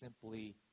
simply